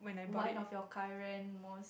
one of your current most